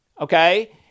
okay